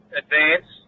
advance